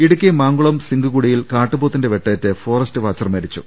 ഇടുക്കി മാങ്കുളം സിങ്ക്കുടിയിൽ കാട്ട്പോത്തിന്റെ വെട്ടേറ്റ് ഫോറസ്റ്റ് വാച്ചർ മരിച്ചു